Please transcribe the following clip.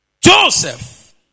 Joseph